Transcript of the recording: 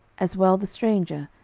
as well the stranger,